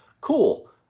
cool